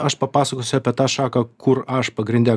aš papasakosiu apie tą šaką kur aš pagrinde